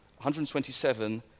127